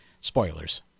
spoilers